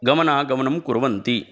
गमनागमनं कुर्वन्ति